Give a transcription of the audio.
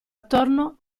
attorno